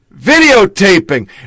videotaping